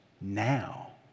now